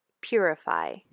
purify